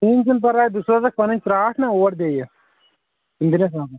کِہیٖنٛۍ چھُنہٕ پَروَاے بہٕ سوزَکھ پَنٕنۍ ژرٛاٹھ نا اوٗرۍ بَیٚیِہ تِم دِنَس نَظَر